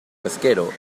pesquero